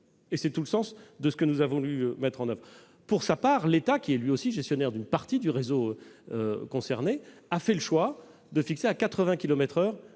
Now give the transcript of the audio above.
; c'est tout le sens de la LOM et de ce que nous avons voulu mettre en oeuvre. Pour sa part, l'État, qui est lui aussi gestionnaire d'une partie du réseau concerné, a fait le choix de fixer la